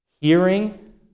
Hearing